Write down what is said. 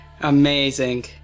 Amazing